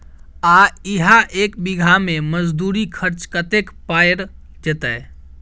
आ इहा एक बीघा मे मजदूरी खर्च कतेक पएर जेतय?